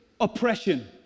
oppression